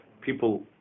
people